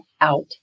out